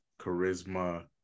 charisma